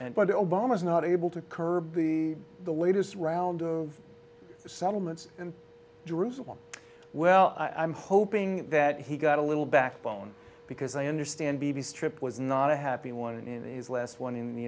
obama's not able to curb the the latest round of settlements and jerusalem well i'm hoping that he got a little backbone because i understand bibi strip was not a happy one in his last one in the